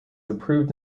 approved